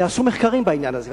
נעשו מחקרים בעניין הזה.